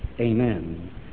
Amen